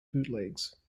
bootlegs